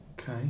Okay